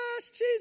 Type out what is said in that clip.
Jesus